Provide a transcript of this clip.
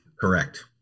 Correct